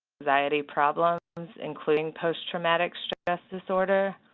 anxiety problems including post-traumatic stress disorder.